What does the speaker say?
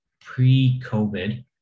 pre-COVID